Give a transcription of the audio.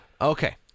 okay